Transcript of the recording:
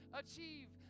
achieve